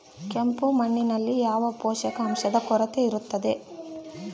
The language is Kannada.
ಕೆಂಪು ಮಣ್ಣಿನಲ್ಲಿ ಯಾವ ಪೋಷಕಾಂಶದ ಕೊರತೆ ಇರುತ್ತದೆ?